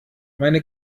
meine